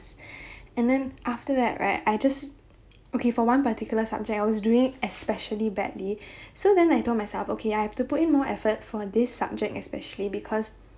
and then after that right I just okay for one particular subject I was doing especially badly so then I told myself okay I have to put in more effort for this subject especially because